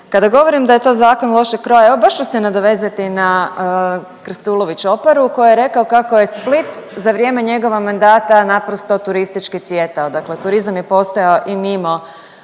Kada govorim da je to zakon lošeg kroja, evo baš ću se nadovezati na Krstulović-Oparu koji je rekao kako je Split za vrijeme njegova mandata naprosto turistički cvjetao. Dakle, turizam je postojao i mimo